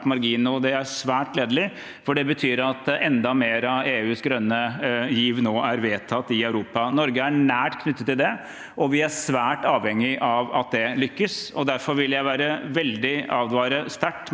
Det er svært gledelig, for det betyr at enda mer av EUs grønne giv nå er vedtatt i Europa. Norge er nært knyttet til det, og vi er svært avhengig av at det lykkes. Derfor vil jeg advare veldig sterkt mot